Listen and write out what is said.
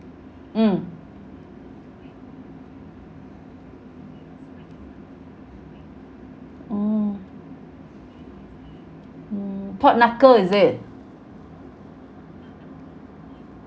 mm oh mm pork knuckle is it